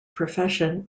profession